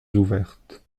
ouvertes